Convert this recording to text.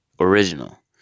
Original